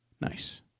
Nice